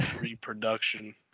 reproduction